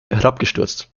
herabgestürzt